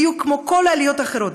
בדיוק כמו כל העליות האחרות,